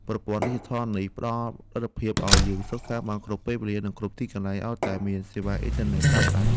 ប្រព័ន្ធអប់រំឌីជីថលនេះផ្តល់លទ្ធភាពឱ្យយើងសិក្សាបានគ្រប់ពេលវេលា និងគ្រប់ទីកន្លែងឱ្យតែមានសេវាអ៊ីនធឺណិតប្រើប្រាស់។